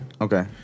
Okay